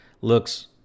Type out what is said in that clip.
looks